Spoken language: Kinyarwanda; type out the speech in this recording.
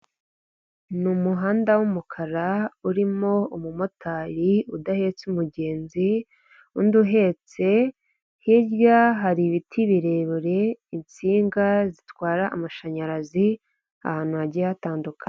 Ni umuhanda w'umukara urimo umumotari udahetse umugenzi undi uhetse hirya hari ibiti birebire insinga zitwara amashanyarazi ahantu hagiye hatandukanye.